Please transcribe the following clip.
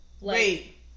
Wait